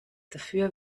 dafür